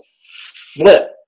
flip